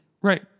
Right